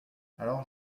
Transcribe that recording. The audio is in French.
alors